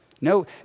No